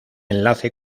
enlace